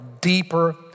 deeper